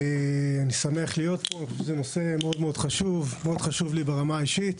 אני שמח להיות פה; זה נושא שמאוד חשוב לי ברמה האישית.